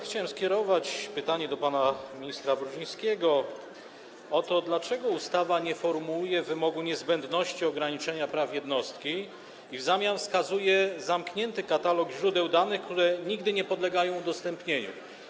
Chciałem skierować do pana ministra Brudzińskiego pytanie o to, dlaczego ustawa nie formułuje wymogu niezbędności ograniczenia praw jednostki i w zamian wskazuje zamknięty katalog źródeł danych, które nigdy nie podlegają udostępnieniu.